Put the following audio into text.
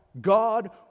God